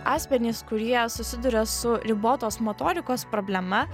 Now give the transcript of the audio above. asmenys kurie susiduria su ribotos motorikos problema